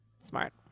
smart